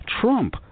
Trump